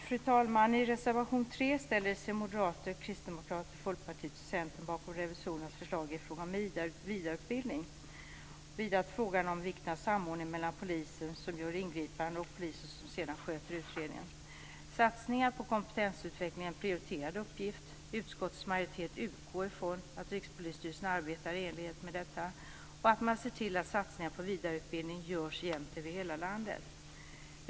Fru talman! I reservation 3 ställer sig Moderaterna, Kristdemokraterna, Folkpartiet och Centern bakom revisorernas förslag i frågan om vidareutbildning och vad gäller vikten av samordning mellan poliser som gör ingripanden och poliser som sedan sköter utredningen. Satsning på kompetensutveckling är en prioriterad uppgift, och utskottets majoritet utgår från att Rikspolisstyrelsen arbetar i enlighet med detta och ser till att satsningar på vidareutbildning görs jämnt över hela landet.